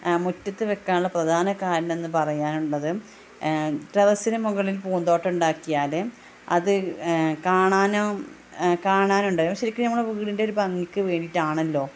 മുറ്റത്ത് വെക്കാനുള്ള പ്രധാന കാരണം എന്ന് പറയാനുള്ളത് ടെറസിന് മുകളിൽ പൂന്തോട്ടം ഉണ്ടാക്കിയാൽ അത് കാണാനും കാണാനുണ്ട് ശരിക്ക് നമ്മുടെ വീടിൻ്റെ ഒരു ഭംഗിക്ക് വേണ്ടിയിട്ടാണല്ലോ